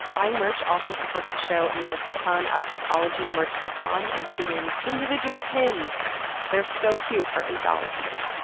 buying merch also supports the show and we have a ton up at ologiesmerch dot com, including individual pins that are so cute, for eight dollars each.